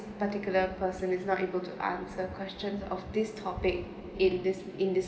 particular person is not able to answer questions of this topic in this in this